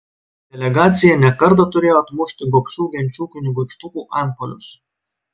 delegacija ne kartą turėjo atmušti gobšių genčių kunigaikštukų antpuolius